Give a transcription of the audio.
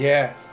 Yes